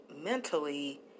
mentally